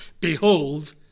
behold